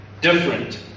different